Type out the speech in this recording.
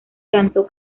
cantó